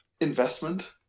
Investment